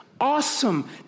awesome